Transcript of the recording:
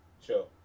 sure